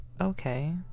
okay